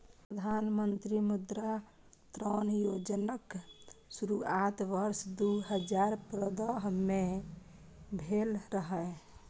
प्रधानमंत्री मुद्रा ऋण योजनाक शुरुआत वर्ष दू हजार पंद्रह में भेल रहै